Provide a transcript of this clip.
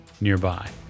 nearby